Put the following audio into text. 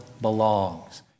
belongs